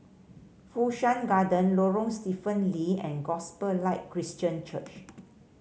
Fu Shan Garden Lorong Stephen Lee and Gospel Light Christian Church